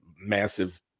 massive